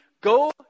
go